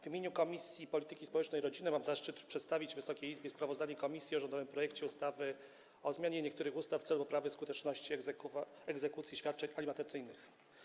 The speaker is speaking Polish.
W imieniu Komisji Polityki Społecznej i Rodziny mam zaszczyt przedstawić Wysokiej Izbie sprawozdanie komisji o rządowym projekcie ustawy o zmianie niektórych ustaw w celu poprawy skuteczności egzekucji świadczeń alimentacyjnych.